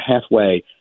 halfway